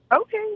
Okay